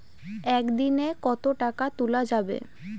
একদিন এ কতো টাকা তুলা যাবে?